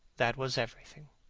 that was everything.